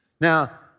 Now